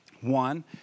One